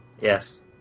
Yes